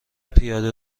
پیاده